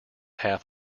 half